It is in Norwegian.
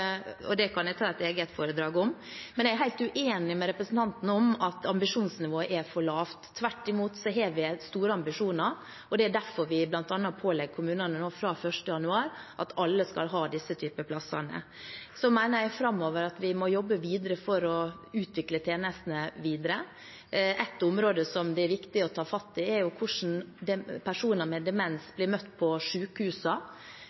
og det kan jeg ta et eget foredrag om. Men jeg er helt uenig med representanten i at ambisjonsnivået er for lavt. Tvert imot har vi store ambisjoner, og det er derfor vi bl.a. pålegger kommunene fra 1. januar at alle skal ha denne typen plasser. Så mener jeg at vi framover må jobbe for å utvikle tjenestene videre. Et område som er viktig å ta fatt i, er hvordan personer med demens